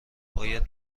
باید